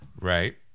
Right